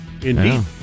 Indeed